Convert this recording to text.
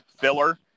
filler